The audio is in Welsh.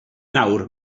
nawr